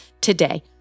today